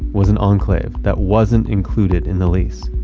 was an enclave that wasn't included in the lease.